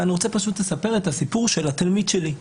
ואני רוצה פשוט לספר את הסיפור של התלמיד שלי.